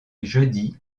jeudi